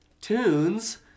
tunes